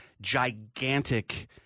gigantic